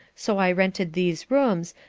so i rented these rooms,